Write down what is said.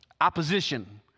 opposition